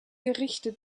gerichte